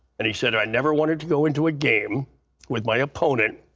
and he said, i never wanted to go into a game with my opponent